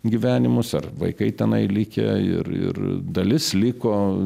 gyvenimus ar vaikai tenai likę ir ir dalis liko